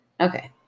Okay